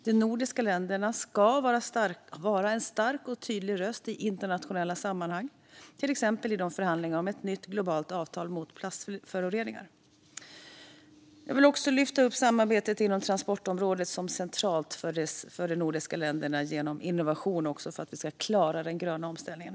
De nordiska länderna ska vara en stark och tydlig röst i internationella sammanhang, till exempel i förhandlingarna om ett nytt globalt avtal mot plastföroreningar. Jag vill också lyfta upp samarbetet inom transportområdet som centralt för att de nordiska länderna genom innovation ska klara den gröna omställningen.